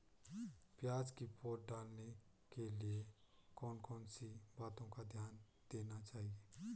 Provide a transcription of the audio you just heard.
प्याज़ की पौध डालने के लिए कौन कौन सी बातों का ध्यान देना चाहिए?